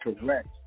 correct